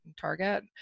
target